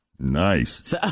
Nice